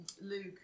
Luke